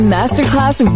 Masterclass